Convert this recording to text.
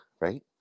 right